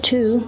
Two